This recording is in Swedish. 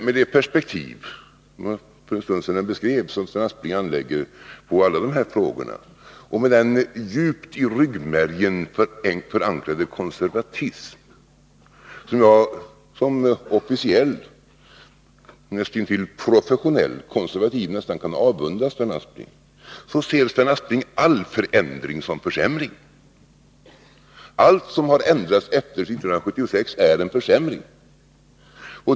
Med det perspektiv som jag för en stund sedan beskrev och som Sven Nr 156 Aspling anlägger på alla dessa frågor och med den djupt i ryggmärgen Onsdagen den förankrade konservatism som jag som officiell, näst intill professionell 26 maj 1982 konservativ kan avundas Sven Aspling, så ser Sven Aspling all förändring som försämring.